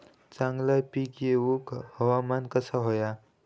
चांगला पीक येऊक हवामान कसा होया?